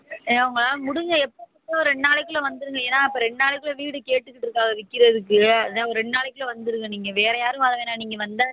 ஏங்க உங்களால் முடிஞ்ச எப்போ ரெண்டு நாளைக்குள்ளே வந்துடுங்க ஏன்னால் இப்போ ரெண்டு நாளைக்குள்ளே வீடு கேட்டுக்கிட்டிருக்காக விற்கிறதுக்கு அதுதான் ஒரு ரெண்டு நாளைக்குள்ளே வந்துடுங்க நீங்கள் வேறு யாரும் வர வேணாம் நீங்கள் வந்தால்